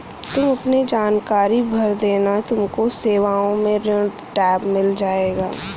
तुम अपने जानकारी भर देना तुमको सेवाओं में ऋण टैब मिल जाएगा